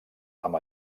amb